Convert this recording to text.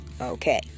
Okay